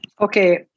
Okay